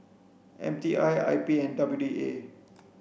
M T I I P and W D A